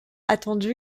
attendu